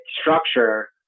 structure